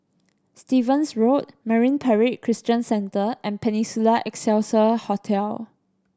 Stevens Road Marine Parade Christian Centre and Peninsula Excelsior Hotel